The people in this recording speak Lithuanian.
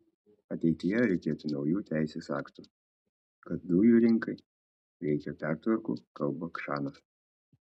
ateityje reikėtų naujų teisės aktų kad dujų rinkai reikia pertvarkų kalba kšanas